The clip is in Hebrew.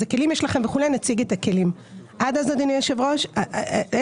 כל כך הרבה עובדים יישארו בלי פרנסה.